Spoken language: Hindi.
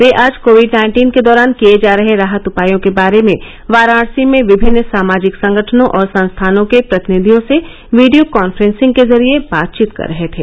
वे आज कोविड नाइन्टीन के दौरान किये जा रहे राहत उपायों के बारे में वाराणसी में विभिन्न सामाजिक संगठनों और संस्थानों के प्रतिनिधियों से वीडियो कांफ्रेंसिंग के जरिये बातचीत कर रहे थे